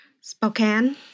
Spokane